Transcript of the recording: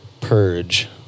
purge